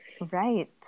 Right